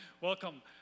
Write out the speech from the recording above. Welcome